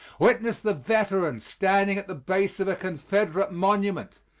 witness the veteran standing at the base of a confederate monument,